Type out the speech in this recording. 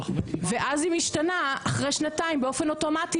ואז היא משתנה אחרי שנתיים באופן אוטומטי